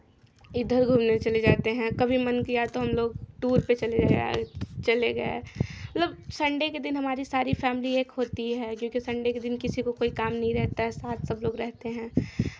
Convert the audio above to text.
इधर घूमने चले जाते हैं कभी मन किया तो हमलोग टूर पे चले गए मतलब संडे के दिन हमारी सारी फैमिली एक होती है क्योंकि संडे के दिन किसी को कोइ काम नहीं रहता है साथ सबलोग रहते हैं